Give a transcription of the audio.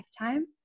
lifetime